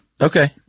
Okay